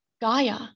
gaia